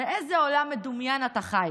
באיזה עולם מדומיין אתה חי?